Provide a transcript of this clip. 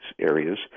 areas